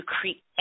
create